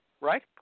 right